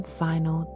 final